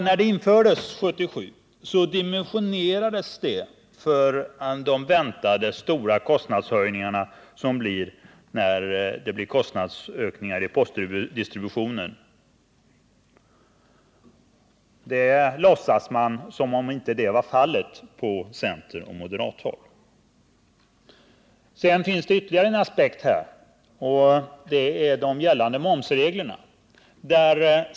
När stödet infördes 1977 dimensionerades det inför de väntade stora kostnadshöjningarna som en följd av kostnadsökningar i postdistributionen, men på centeroch moderathåll låtsas man som om det inte vore fallet. Det finns ytterligare en aspekt här, och det är de gällande momsreglerna.